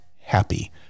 happy